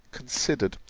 considered,